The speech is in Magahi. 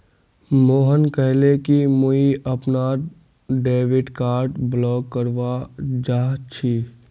मोहन कहले कि मुई अपनार डेबिट कार्ड ब्लॉक करवा चाह छि